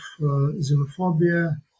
xenophobia